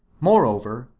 moreover,